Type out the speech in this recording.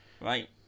Right